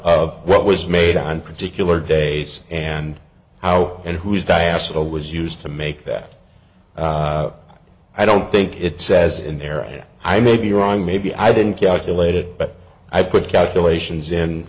of what was made on particular days and how and who's diaspora was used to make that i don't think it says in there i may be wrong maybe i didn't calculate it but i put calculations